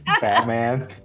Batman